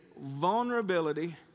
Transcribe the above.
vulnerability